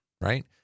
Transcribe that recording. right